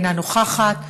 אינה נוכחת,